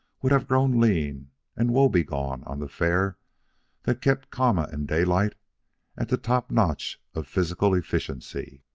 would have grown lean and woe-begone on the fare that kept kama and daylight at the top-notch of physical efficiency.